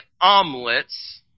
omelets